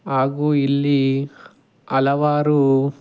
ಹಾಗೂ ಇಲ್ಲಿ ಹಲವಾರು